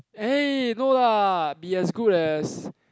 eh no lah be as good as